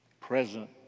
present